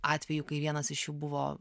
atvejų kai vienas iš jų buvo